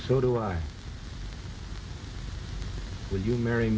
go to i would you marry